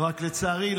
רק לצערי,